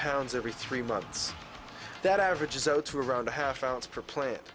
pounds every three months that averages out to around a half ounce per play it